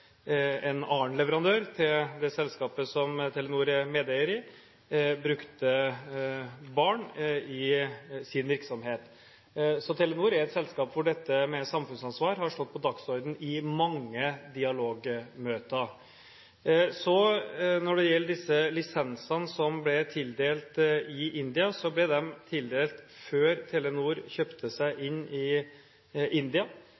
en annen leverandør til det selskapet som Telenor er medeier i, brukte barn i sin virksomhet. Så Telenor er et selskap hvor dette med samfunnsansvar har stått på dagsordenen i mange dialogmøter. Når det gjelder disse lisensene som ble tildelt i India, ble de tildelt før Telenor kjøpte seg